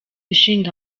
ishinga